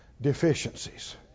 deficiencies